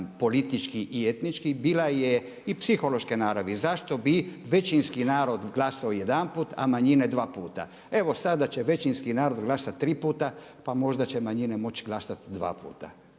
politički i etnički, bila je i psihološke naravi. Zašto bi većinski narod glasovao jedanput, a manjine dva puta. Evo sada će većinski narod glasati tri puta, pa možda će manjine moći glasati dva puta